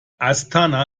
astana